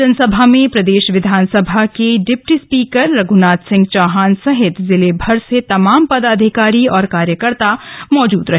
जनसभा में प्रदेश विधानसभा के डिप्टी स्पीकर रघ्रनाथ सिंह चौहान सहित जिले भर से तमाम पदाधिकारी और कार्यकर्ता मौजूद रहे